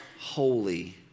holy